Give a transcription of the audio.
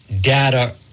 data